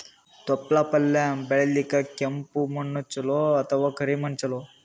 ತೊಪ್ಲಪಲ್ಯ ಬೆಳೆಯಲಿಕ ಕೆಂಪು ಮಣ್ಣು ಚಲೋ ಅಥವ ಕರಿ ಮಣ್ಣು ಚಲೋ?